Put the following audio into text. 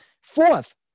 Fourth